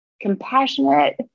compassionate